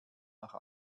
nach